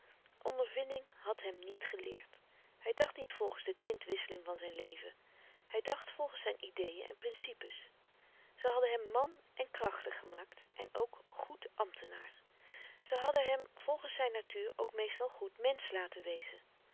ondervinding had hem niet geleerd hij dacht niet volgens louis couperus de stille kracht de tintwisseling van zijn leven hij dacht volgens zijn ideeën en principes ze hadden hem man en krachtig gemaakt en ook goed ambtenaar ze hadden hem volgens zijn natuur ook meestal goed mensch laten wezen